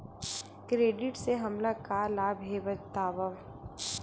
Credit से हमला का लाभ हे बतावव?